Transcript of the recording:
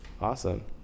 Awesome